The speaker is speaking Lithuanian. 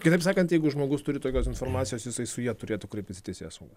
kitaip sakant jeigu žmogus turi tokios informacijos jisai su ja turėtų kreiptis į teisėsaugą